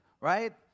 right